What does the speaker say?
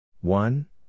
One